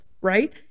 right